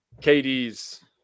KD's